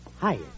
Hi